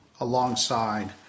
alongside